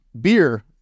Beer